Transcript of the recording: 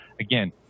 Again